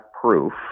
proof